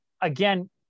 again